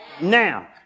now